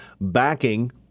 backing